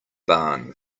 barn